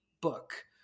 book